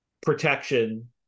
Protection